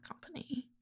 company